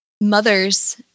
mothers